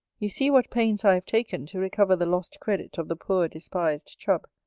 you see what pains i have taken to recover the lost credit of the poor despised chub.